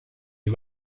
die